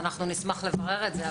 נשמח לברר את זה.